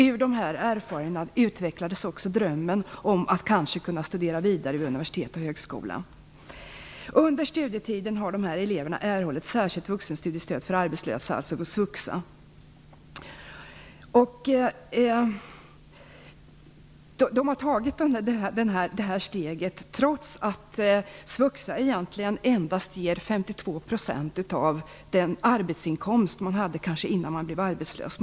Ur dessa erfarenheter utvecklades också drömmen om att kanske kunna studera vidare på universitet och högskolor. Under studietiden har dessa elever erhållit särskilt vuxenstudiestöd för arbetslösa, SVUXA. De har tagit steget att studera med SVUXA, trots att de då får endast 52 % av eventuell arbetsinkomst innan de blev arbetslösa.